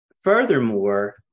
Furthermore